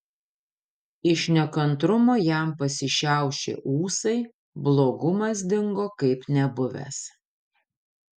iš nekantrumo jam pasišiaušė ūsai blogumas dingo kaip nebuvęs